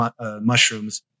mushrooms